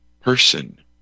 person